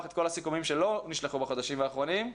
את כל הסיכומים שלא נשלחו בחודשים האחרונים,